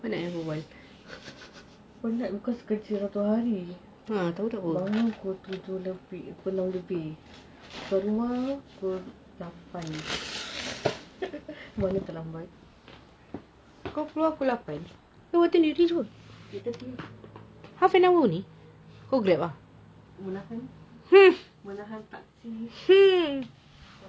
penat because kerja satu hari bangun pukul tujuh lebih pukul enam lebih keluar rumah pukul lapan mana tak lambat three thirty ah menahan menahan taxi